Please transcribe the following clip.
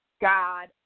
God